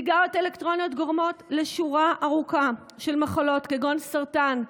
סיגריות אלקטרוניות גורמות לשורה ארוכה של מחלות כגון סרטן,